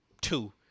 two